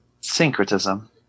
Syncretism